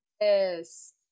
Yes